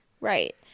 Right